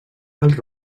els